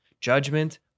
judgment